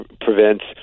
prevents